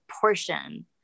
portion